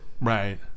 right